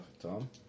Tom